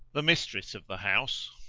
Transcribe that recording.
the mistress of the house,